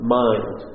mind